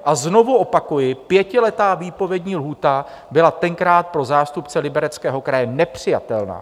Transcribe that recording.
A znovu opakuji, pětiletá výpovědní lhůta byla tenkrát pro zástupce Libereckého kraje nepřijatelná.